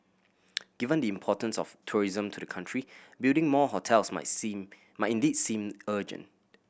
given the importance of tourism to the country building more hotels might seen might indeed seem urgent